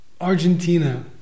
Argentina